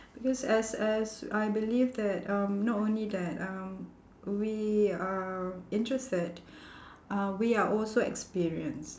because as as I believe that um not only that um we are interested uh we are also experienced